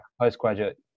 postgraduate